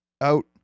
out